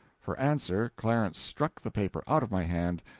for answer, clarence struck the paper out of my hand,